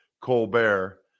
Colbert